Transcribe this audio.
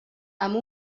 amb